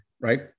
right